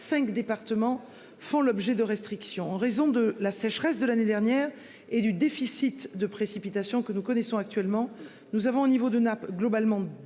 cinq départements font l'objet de restrictions en raison de la sécheresse de l'année dernière et du déficit de précipitations que nous connaissons actuellement, nous avons au niveau de nappe globalement